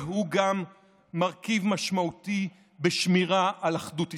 הוא גם מרכיב משמעותי בשמירה על אחדות ישראל.